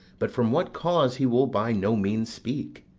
but from what cause he will by no means speak.